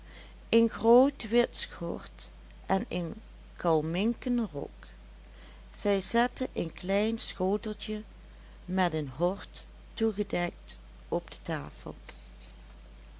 een groot wit schort en een kalminken rok zij zette een klein schoteltje met een hord toegedekt op de tafel